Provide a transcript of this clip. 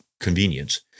convenience